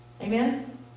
Amen